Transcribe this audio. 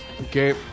okay